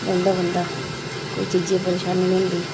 रौंह्दा बंदा कोई कोई चीजे दी परेशानी नी होंदी